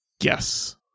Yes